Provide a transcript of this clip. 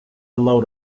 load